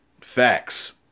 Facts